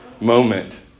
moment